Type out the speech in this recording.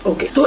Okay